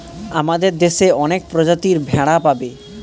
আমাদের দেশে অনেক প্রজাতির ভেড়া পাবে